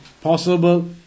possible